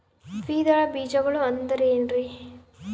ದ್ವಿದಳ ಬೇಜಗಳು ಅಂದರೇನ್ರಿ?